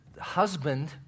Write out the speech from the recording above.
husband